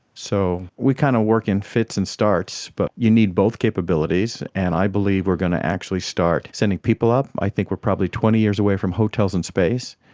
so we kind of work in fits and starts but you need both capabilities, and i believe we are going to actually start sending people up. i think we are probably twenty years away from hotels in space.